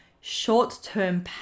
short-term